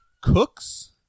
Cooks